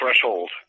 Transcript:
threshold